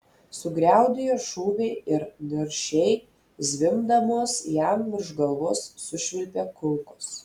sugriaudėjo šūviai ir niršiai zvimbdamos jam virš galvos sušvilpė kulkos